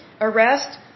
arrest